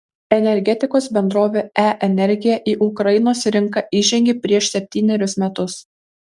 energetikos bendrovė e energija į ukrainos rinką įžengė prieš septynerius metus